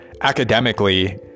academically